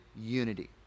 unity